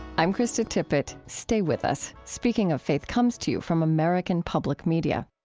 i'm krista tippett. stay with us. speaking of faith comes to you from american public media